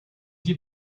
give